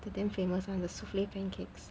the damn famous [one] the souffle pancakes